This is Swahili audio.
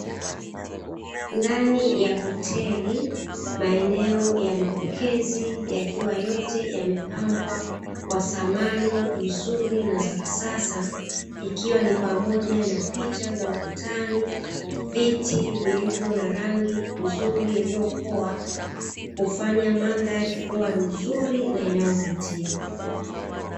Ndani ya hoteli, maeneo ya mapokezi yakiwa yote yamepambwa kwa samani nzuri na za kisasa; ikiwa ni pamoja na picha za ukutani, viti vilivyo na rangi nzuri iliyopoa, kufanya mandhari kuwa nzuri na inayovutia.